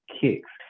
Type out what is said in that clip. Kicks